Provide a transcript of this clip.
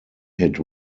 hit